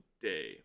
day